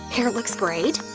hair looks great.